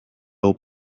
old